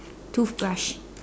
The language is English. toothbrush